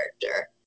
character